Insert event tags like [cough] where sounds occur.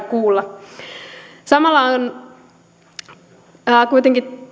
[unintelligible] kuulla samalla on kuitenkin